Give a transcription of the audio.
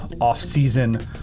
off-season